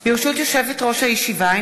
ברשות יושבת-ראש הישיבה,